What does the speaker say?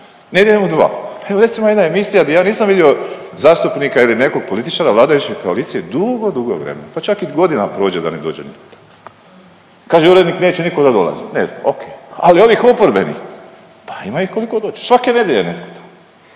„Nedjeljom u 2“. Evo recimo jedna emisija di ja nisam vidio zastupnika ili nekog političara vladajuće koalicije dugo, dugo vremena, pa čak i godina prođe da ne dođe. Kaže urednik neće nitko da dolazi. Ne znam, o.k. Ali ovih oporbenih, pa ima ih koliko god hoćeš, svake nedjelje je netko tamo.